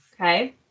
Okay